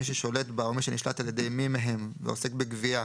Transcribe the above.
מי ששולט בה או מי שנשלט על ידי מי מהם ועוסק בגבייה,